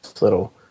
little